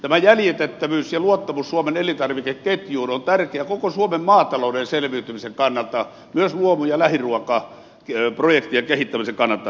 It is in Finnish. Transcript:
tämä jäljitettävyys ja luottamus suomen elintarvikeketjuun on tärkeää koko suomen maatalouden selviytymisen kannalta myös luomu ja lähiruokaprojektien kehittämisen kannalta